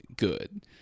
good